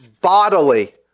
bodily